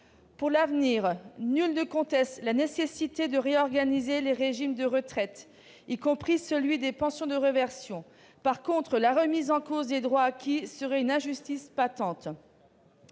Pour l'avenir, nul ne conteste la nécessité de réorganiser les régimes de retraite, y compris les pensions de réversion. En revanche, la remise en cause des droits acquis serait une injustice patente.